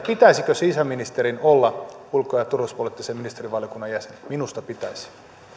pitäisikö sisäministerin olla ulko ja turvallisuuspoliittisen ministerivaliokunnan jäsen minusta pitäisi